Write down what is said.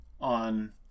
on